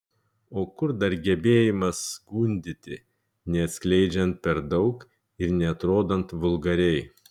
o kur dar gebėjimas gundyti neatskleidžiant per daug ir neatrodant vulgariai